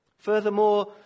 Furthermore